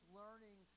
learning